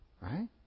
Right